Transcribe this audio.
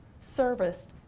serviced